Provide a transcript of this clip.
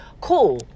Cool